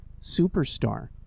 superstar